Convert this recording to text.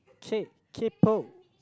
K~ K-pop